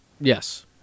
Yes